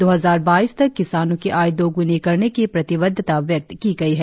दो हजार बाइस तक किसानों की आय दोगुनी करने की प्रतिबद्धता व्यक्त की गई है